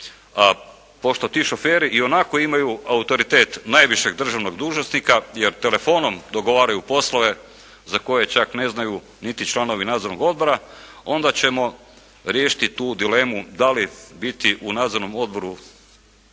a pošto ti šoferi ionako imaju autoritet najvišeg državnog dužnosnika, jer telefonom dogovaraju poslove za koje čak ne znaju niti članovi nadzornog odbora, onda ćemo riješiti tu dilemu d ali biti u nadzornom odboru